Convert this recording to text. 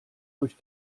durch